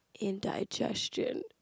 Indigestion